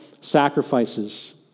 sacrifices